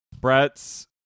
Brett's